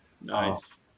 nice